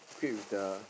quit with the